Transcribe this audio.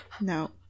No